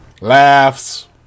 laughs